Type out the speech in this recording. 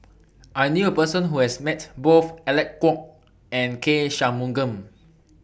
I knew A Person Who has Met Both Alec Kuok and K Shanmugam